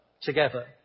together